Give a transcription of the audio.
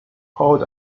held